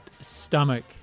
stomach